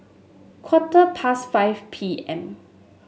quarter past five P M